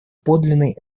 подлинной